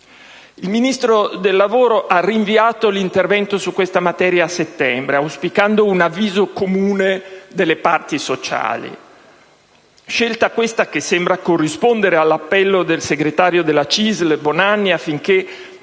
Il Ministro del lavoro ha rinviato l'intervento su questa materia a settembre, auspicando un avviso comune delle parti sociali. Scelta, questa, che sembra corrispondere all'appello del segretario della CISL Bonanni, affinché